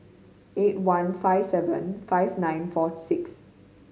eight one five seven five nine four six